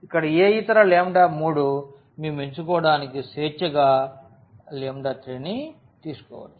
ఇక్కడ ఏ ఇతర 3 మేము ఎంచుకోవడానికి స్వేచ్ఛగా 3ని తీసుకోవచ్చు